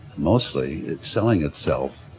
mostly it's selling itself